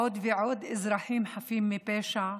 עוד ועוד אזרחים חפים מפשע,